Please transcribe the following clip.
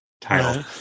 title